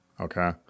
Okay